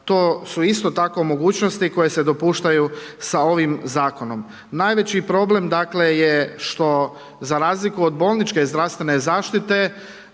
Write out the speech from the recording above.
to su isto mogućnosti koje se dopuštaju sa ovim zakonom. Najveći problem je što za razliku od bolničke zdravstvene zaštite